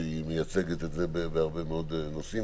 שהיא מייצגת את זה בהרבה מאוד נושאים,